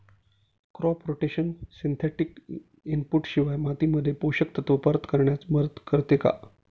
Crop rotation synthetic input शिवाय मातीमध्ये पोषक तत्त्व परत करण्यास मदत करते का?